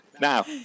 Now